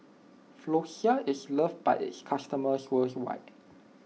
Floxia is loved by its customers worldwide